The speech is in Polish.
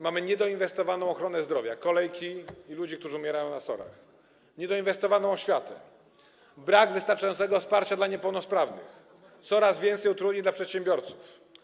Mamy niedoinwestowaną ochronę zdrowia, kolejki i ludzi, którzy umierają na SOR-ach, niedoinwestowaną oświatę, brak wystarczającego wsparcia dla niepełnosprawnych, coraz więcej utrudnień dla przedsiębiorców.